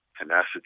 tenacity